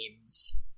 games